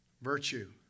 virtue